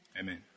amen